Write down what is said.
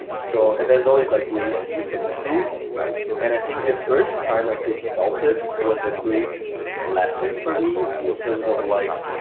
and so and there's always like ways, you can improve and i think the first time i took celpip was a great lesson for me, in terms of like